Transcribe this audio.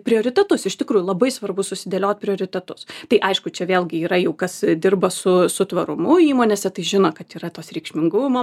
prioritetus iš tikrųjų labai svarbu susidėliot prioritetus tai aišku čia vėlgi yra jau kas dirba su su tvarumu įmonėse tai žino kad yra tos reikšmingumo